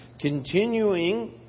continuing